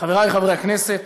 חברי חברי הכנסת,